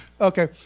Okay